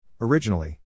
Originally